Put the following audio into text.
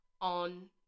on